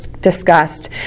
discussed